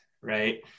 right